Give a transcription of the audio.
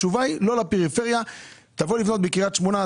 תבוא לבנות בקרית שמונה,